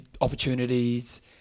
opportunities